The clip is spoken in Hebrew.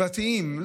הסביבתיים,